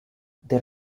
there